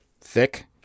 thick